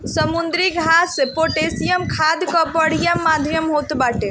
समुद्री घास पोटैशियम खाद कअ बढ़िया माध्यम होत बाटे